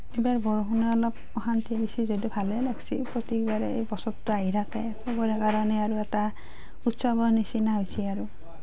এইবাৰ বৰষুণে অলপ অশান্তি দিছে যদিও ভালে লাগিছে প্ৰত্যেকবাৰে এই বছৰটো আহি থাকে সবৰে কাৰণে আৰু এটা উৎসৱৰ নিচিনা হৈছে আৰু